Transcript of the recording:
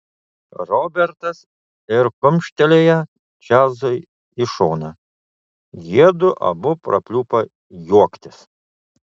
robertas ir kumštelėjo čarlzui į šoną jiedu abu prapliupo juoktis